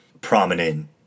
prominent